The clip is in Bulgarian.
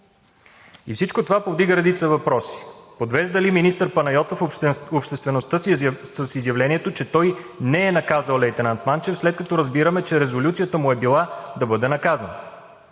Всичко това повдига редица въпроси: Подвежда ли министър Панайотов обществеността с изявлението, че той не е наказал лейтенант Манчев, след като разбираме, че резолюцията му е била: „Да бъде наказан“?